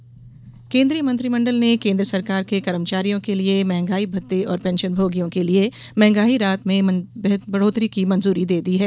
मंहगाई भत्ता केंद्रीय मंत्रिमंडल ने केन्द्र सरकार के कर्मचारियों के लिए मंहगाई भत्ते और पेंशनभोगियों के लिए मंहगाई राहत में बढ़ोतरी को मंजूरी दी है